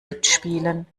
mitspielen